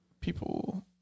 people